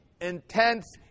intense